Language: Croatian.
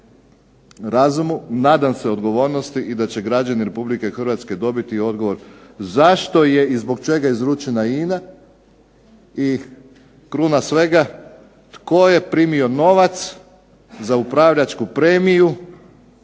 razumu, nadam se odgovornosti i da će građani Republike Hrvatske dobiti odgovor zašto je i zbog čega izručena INA i kruna svega tko je primio novac za upravljačku premiju